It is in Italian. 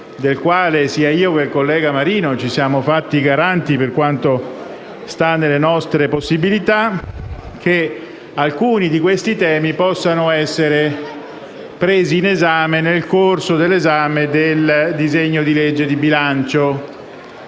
del quale sia io che il collega Marino ci siamo fatti garanti per quanto sta nelle nostre possibilità - che alcuni di questi temi possano essere presi in considerazione nel corso dell'esame del disegno di legge di bilancio.